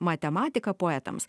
matematika poetams